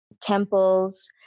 temples